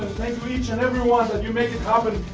thank you each and every one that you make it happen,